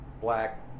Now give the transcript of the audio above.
black